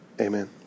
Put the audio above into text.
amen